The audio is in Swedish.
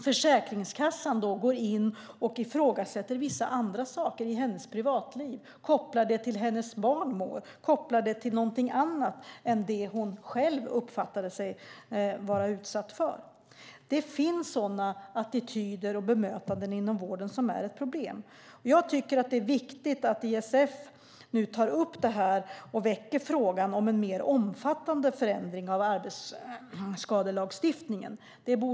Försäkringskassan går då in och ifrågasätter vissa andra saker i hennes privatliv och kopplar det till hur hennes barn mår. De kopplar alltså skadan till någonting annat än det hon själv uppfattar sig ha utsatts för. Det finns sådana attityder och bemötanden inom vården, och det är ett problem. Jag tycker att det är viktigt att ISF nu tar upp det här och väcker frågan om en mer omfattande förändring av arbetsskadelagstiftningen.